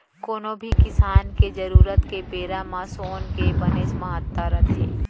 कोनो भी किसम के जरूरत के बेरा म सोन के बनेच महत्ता रथे